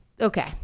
okay